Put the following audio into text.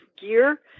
gear